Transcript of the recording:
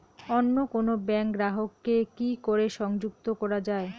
অন্য কোনো ব্যাংক গ্রাহক কে কি করে সংযুক্ত করা য়ায়?